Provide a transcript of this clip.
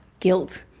guilt,